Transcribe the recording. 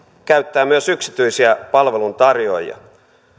käyttää myös yksityisiä palveluntarjoajia